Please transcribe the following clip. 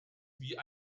wie